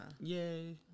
Yay